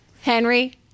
Henry